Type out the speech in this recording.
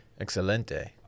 Excelente